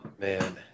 Man